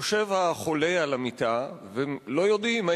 יושב החולה על המיטה ולא יודעים אם